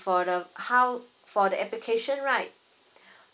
for the how for the application right